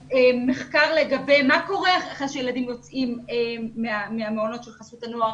מחקר לגבי מה קורה אחרי שהילדים יוצאים מהמעונות של חסות הנוער